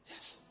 yes